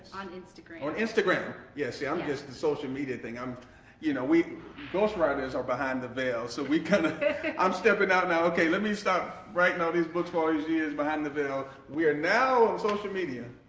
on instagram. on instagram! yeah see i'm just the social media thing i'm you know we ghostwriters are behind the veil so we kind of and i'm stepping out now, ok, let me stop writing all these books for all these years behind the veil, we are now on social media!